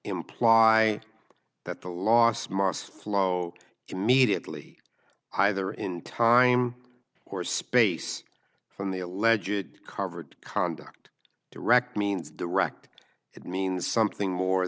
imply that the loss must flow immediately either in time or space from the allegedly covered conduct direct means direct it means something more